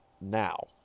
now